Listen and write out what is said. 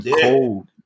cold